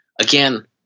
again